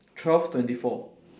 twelve twenty four